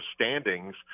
standings